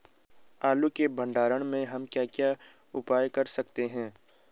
आलू के भंडारण में हम क्या क्या उपाय कर सकते हैं?